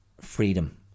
freedom